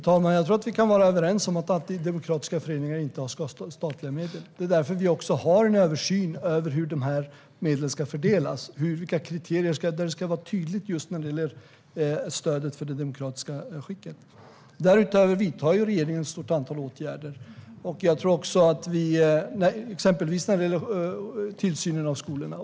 Fru talman! Jag tror att vi kan vara överens om att antidemokratiska föreningar inte ska få statliga medel. Det är därför vi har en översyn av hur dessa medel ska fördelas. Det ska vara tydligt vilka kriterier som gäller beträffande stödet för det demokratiska statsskicket. Därutöver vidtar regeringen ett stort antal åtgärder, exempelvis när det gäller tillsynen av skolorna.